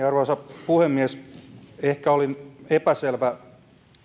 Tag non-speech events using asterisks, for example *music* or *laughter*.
*unintelligible* arvoisa puhemies ehkä olin epäselvä